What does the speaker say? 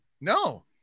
No